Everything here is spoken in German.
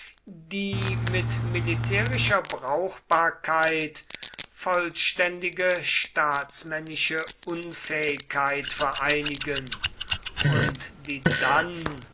die mit militärischer brauchbarkeit vollständige staatsmännische unfähigkeit vereinigen und die dann